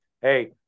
hey